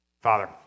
Father